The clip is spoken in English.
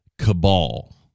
cabal